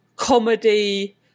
comedy